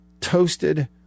Toasted